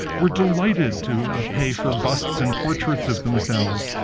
were delighted to pay for busts and portraits of themselves.